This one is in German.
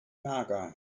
mager